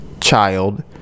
child